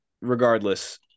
regardless